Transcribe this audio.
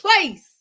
place